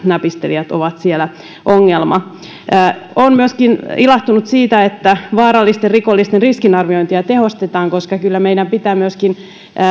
näpistelijät ovat ongelma olen myöskin ilahtunut siitä että vaarallisten rikollisten riskiarviointia tehostetaan koska kyllä meidän pitää